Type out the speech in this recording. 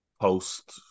post